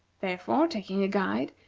therefore, taking a guide,